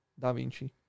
DaVinci